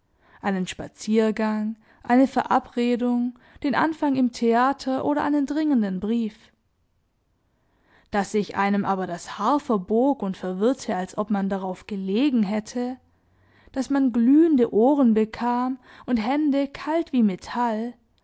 einen spaziergang eine verabredung den anfang im theater oder einen dringenden brief daß sich einem aber das haar verbog und verwirrte als ob man darauf gelegen hätte daß man glühende ohren bekam und hände kalt wie metall